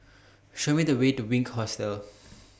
Show Me The Way to Wink Hostel